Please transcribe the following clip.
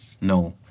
No